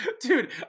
Dude